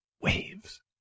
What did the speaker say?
Waves